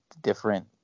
different